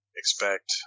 expect